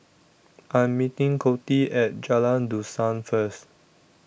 I Am meeting Coty At Jalan Dusan First